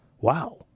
Wow